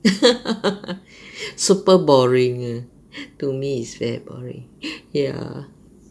super boring uh to me is very boring ya